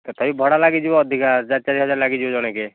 ତଥାପି ଭଡ଼ା ଲାଗିଯିବ ଅଧିକା ଚାରି ଚାରି ହଜାର ଲାଗିଯିବ ଜଣକେ